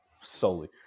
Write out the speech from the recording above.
solely